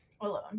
Alone